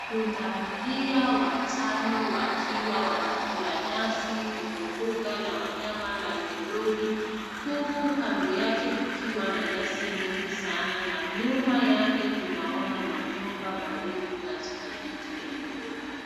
Pundamilia watano wakiwa wanakula nyasi kwenye mbuga la wanyama la Nairobi huku kando yake kukiwa na nyasi nyingi sana na nyuma yake tunaona mangyumba marefu katika jiji ya Nairobi.